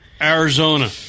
Arizona